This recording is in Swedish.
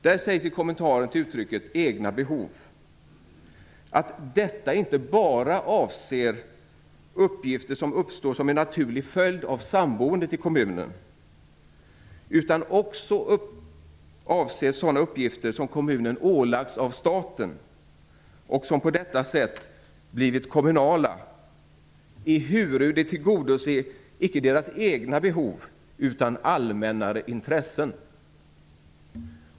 Där sägs i kommentaren till uttrycket "egna behov" att detta inte bara avser de uppgifter som uppstår som en naturlig följd av samboendet i kommunen utan också avser sådana uppgifter som kommunen ålagts av staten, och som på detta sätt "blivit kommunala, ehuru de icke tillgodose deras egna behov utan allmännare intressen."